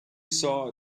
saw